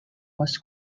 was